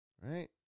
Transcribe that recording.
Right